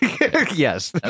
Yes